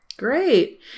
Great